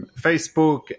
Facebook